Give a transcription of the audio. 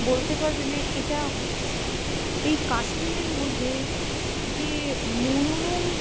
বলতে পারবে না এটা এই কাশ্মীরের মধ্যে যে মনোরম